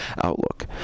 outlook